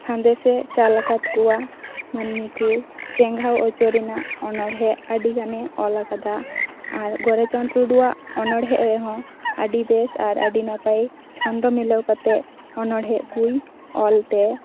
ᱥᱟᱸᱰᱮᱥᱮ ᱪᱟᱞᱟᱠᱟᱫ ᱠᱚᱣᱟ ᱢᱟᱹᱱᱢᱤ ᱠᱚ ᱪᱮᱸᱜᱷᱟᱣ ᱚᱪᱚ ᱨᱮᱱᱟᱜ ᱚᱱᱲᱦᱮᱫ ᱟᱹᱰᱤ ᱜᱟᱱᱮ ᱚᱞᱟᱠᱟᱫᱟ ᱟᱨ ᱜᱳᱨᱟᱪᱟᱸᱫᱽ ᱴᱩᱰᱩᱣᱟᱜ ᱚᱱᱲᱦᱮᱫ ᱨᱮᱦᱚᱸ ᱟᱹᱰᱤ ᱵᱮᱥ ᱟᱨ ᱟᱹᱰᱤ ᱱᱟᱯᱟᱭ ᱪᱷᱚᱱᱫᱚ ᱢᱤᱞᱟᱹᱣ ᱠᱟᱛᱮᱫ ᱚᱱᱚᱲᱦᱮᱫ ᱠᱚᱭ ᱚᱞᱛᱮ